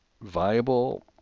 viable